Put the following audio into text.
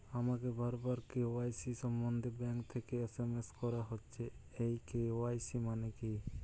আমাকে বারবার কে.ওয়াই.সি সম্বন্ধে ব্যাংক থেকে এস.এম.এস করা হচ্ছে এই কে.ওয়াই.সি মানে কী?